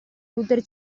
router